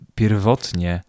pierwotnie